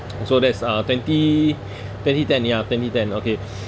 so that's uh twenty twenty ten ya twenty ten okay